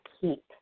keep